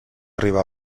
arribar